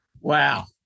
wow